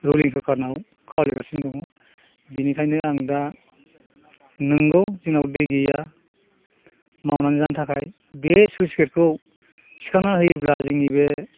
ruling सरखारनाव खावलायगासिनो दङ बिनिखायनो आं दा नंगौ जोंनाव दै गैया मावनानै जानो थाखाय बे स्लुइस गेटखौ थिखांना होयोब्ला जोंनि बे